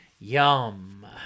Yum